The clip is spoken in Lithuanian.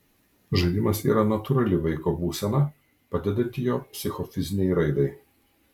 žaidimas yra natūrali vaiko būsena padedanti jo psichofizinei raidai